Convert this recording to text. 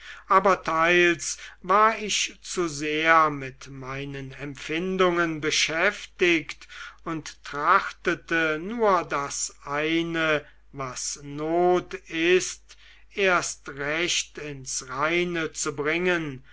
aber teils war ich zu sehr mit meinen empfindungen beschäftigt und trachtete nur das eine was not ist erst recht ins reine zu bringen